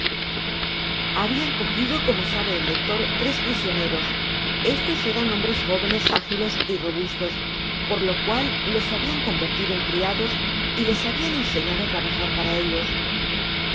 habían cogido como sabe el lector tres prisioneros estos eran hombres jóvenes ágiles y robustos por lo cual los habian convertido en criados y les habian enseñado á trabajar para elios